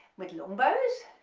with long bows,